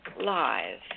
live